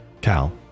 Cal